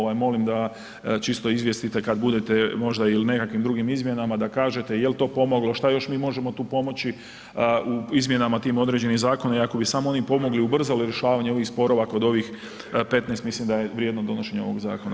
Ovaj molim da čisto izvijestite kad budete možda i u nekakvim izmjenama da kažete jel to pomoglo, šta još mi možemo tu pomoći u izmjenama tim određenih zakona i ako bi samo oni pomogli, ubrzali rješavanje ovih sporova kod ovih 15 mislim da je vrijedno donošenje zakona.